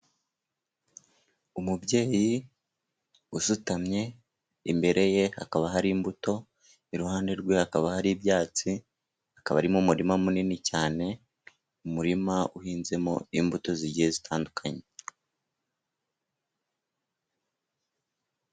Umubyeyi usutamye imbere ye hakaba hari imbuto, iruhande rwe hakaba hari ibyatsi. Akaba ari mu murima munini cyane, umurima uhinzemo imbuto zigiye zitandukanye.